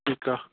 ठीकु आहे